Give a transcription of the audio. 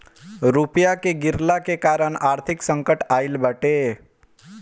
रुपया के गिरला के कारण आर्थिक संकट आईल बाटे